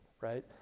right